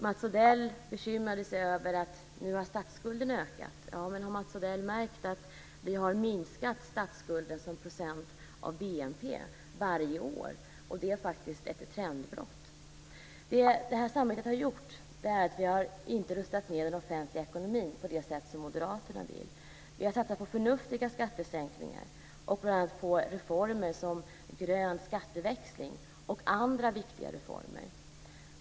Mats Odell bekymrade sig över att statsskulden nu har ökat. Ja, men har Mats Odell märkt att vi har minskat statsskulden som procentuell del av BNP varje år? Detta är faktiskt ett trendbrott. Det vi i samarbetet inte har gjort är att rusta ned den offentliga ekonomin på det sätt som Moderaterna vill. Vi har satsat på förnuftiga skattesänkningar och på reformer som grön skatteväxling och andra viktiga reformer.